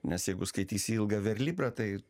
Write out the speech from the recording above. nes jeigu skaitysi ilgą verlibrą tai